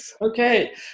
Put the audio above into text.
Okay